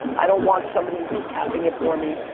i don't want somebody recapping it for me,